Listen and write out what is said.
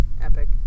Epic